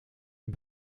een